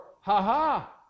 ha-ha